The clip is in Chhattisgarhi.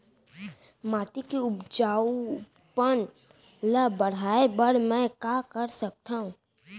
माटी के उपजाऊपन ल बढ़ाय बर मैं का कर सकथव?